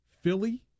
Philly